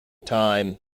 time